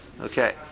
Okay